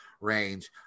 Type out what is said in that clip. range